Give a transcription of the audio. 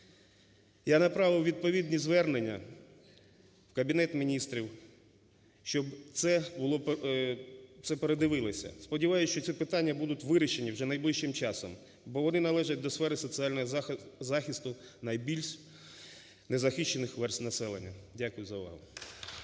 Я направив відповідні звернення в Кабінет Міністрів, щоб це було… це передивилися. Сподіваюся, що ці питання будуть вирішені вже найближчим часом, бо вони належать до сфери соціального захисту найбільш незахищених верств населення. Дякую за увагу.